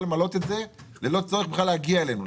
למלא את זה ללא צורך בכלל להגיע אלינו.